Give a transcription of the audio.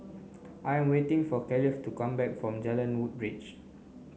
I waiting for Kaleigh to come back from Jalan Woodbridge